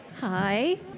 Hi